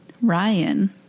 Ryan